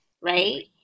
Right